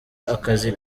akazi